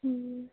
ਹਮ